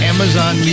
Amazon